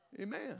Amen